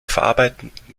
verarbeitenden